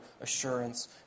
assurance